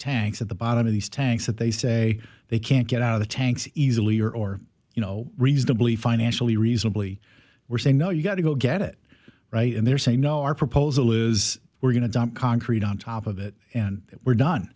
tanks at the bottom of these tanks that they say they can't get out of the tanks easily or or you know reasonably financially reasonably we're saying no you got to go get it right and they're saying no our proposal is we're going to dump concrete on top of it and we're done